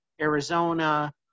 Arizona